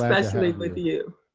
especially with you.